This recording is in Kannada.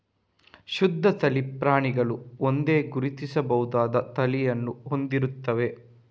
ಶುದ್ಧ ತಳಿ ಪ್ರಾಣಿಗಳು ಒಂದೇ, ಗುರುತಿಸಬಹುದಾದ ತಳಿಯನ್ನು ಹೊಂದಿರುತ್ತವೆ